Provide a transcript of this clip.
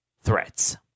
threats